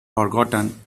forgotten